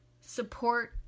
support